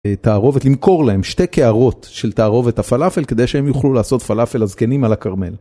תערובת למכור להם, שתי קערות של תערובת הפלאפל כדי שהם יוכלו לעשות פלאפל הזקנים על הכרמל.